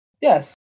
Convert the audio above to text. Yes